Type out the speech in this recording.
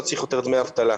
לא צריך יותר דמי אבטלה.